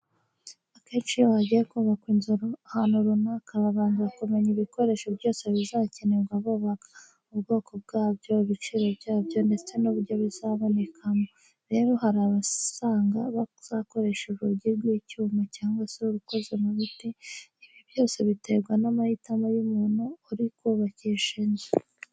Akenshi iyo hagiye kubakwa inzu ahantu runaka, babanza kumenya ibikoresho byose bizakenerwa bubaka, ubwoko bwabyo, ibiciro byabyo ndetse n'uburyo bizabonekamo. Rero hari abasanga bazakoresha urugi rw'icyuma cyangwa se urukoze mu biti. Ibi byose biterwa n'amahitamo y'umuntu uri kubakisha inzu.